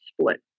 split